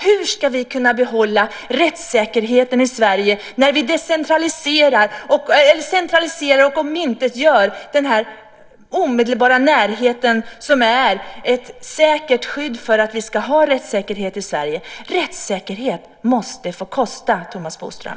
Hur ska vi kunna behålla rättssäkerheten i Sverige när vi centraliserar och omintetgör den omedelbara närheten som är ett säkert skydd för rättssäkerhet i Sverige? Rättssäkerhet måste få kosta, Thomas Bodström.